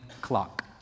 clock